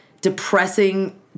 depressing